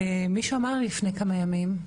מישהו אמר לי לפני כמה ימים,